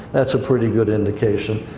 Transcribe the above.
that's a pretty good indication.